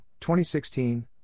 2016